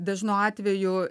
dažnu atveju